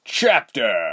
Chapter